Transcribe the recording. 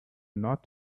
not